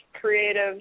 creative